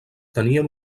tenien